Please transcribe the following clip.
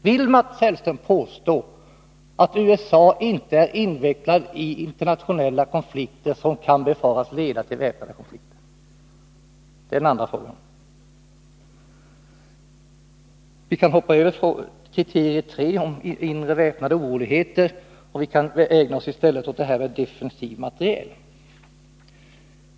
Vill Mats Hellström påstå att USA inte är invecklat i internationella konflikter som kan befaras leda till väpnad konflikt? Det är min fråga nr 2. Vi kan hoppa över det tredje kriteriet, det om inre väpnade oroligheter, och i stället ägna oss åt det som betecknas som defensiv materiel.